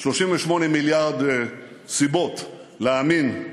38 מיליארד סיבות להאמין,